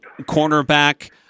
cornerback